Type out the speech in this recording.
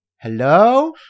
hello